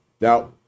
Now